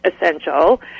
essential